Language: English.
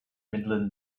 midland